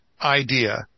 idea